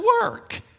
work